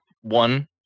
one